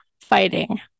fighting